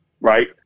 right